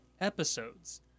episodes